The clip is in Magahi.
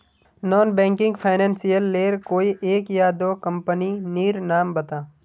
नॉन बैंकिंग फाइनेंशियल लेर कोई एक या दो कंपनी नीर नाम बता?